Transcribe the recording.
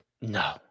No